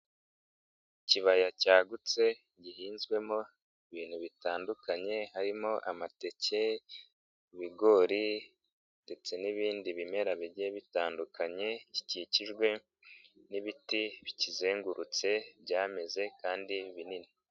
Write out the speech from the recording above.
Ikibaya cyagutse gihinzwemo ibintu bitandukanye harimo amateke, ibigori ndetse n'ibindi bimera bigiye bitandukanye, gikikijwe n'ibiti bikizengurutse byameze kandi binini.